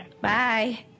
Bye